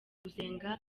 gusenga